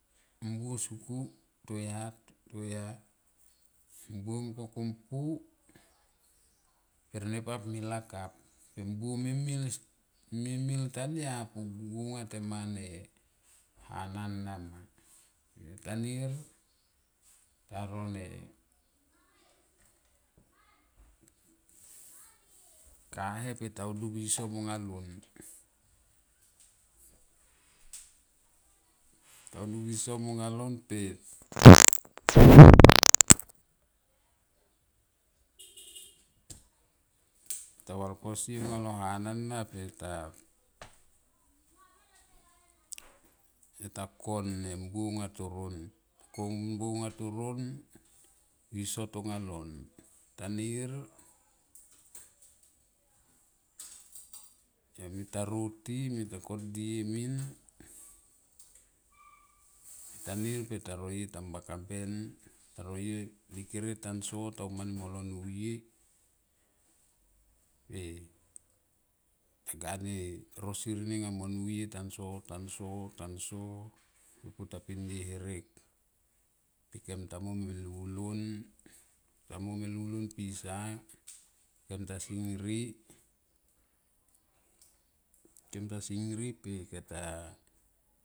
Mbuo suku toya toya mbuo mung ko kum pu per nepap me lakap pe mbuo mimil, mimil tania pu go tema ne hana nama ta nir taro ne kahe tita udu viso monga lon pe pe ta taval kosie molo hanana per, yo ta kon ne mbuo aunga toron, kon mbuo aunga toron viso tonga lon tanir yo me taro ti yo meta kodie min tanir taro ye tamba ka ben taro ye likere tanso ta uma ni molo nuye pe ta ga ne rorosir ni nga mo nuye tanso, tanso, tanso yo pu ta pindie herek kem ta mom e lulon ta mom e lulon pisa kem ta singri pe kem ta.